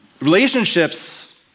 Relationships